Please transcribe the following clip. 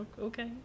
okay